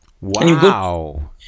Wow